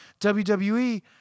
WWE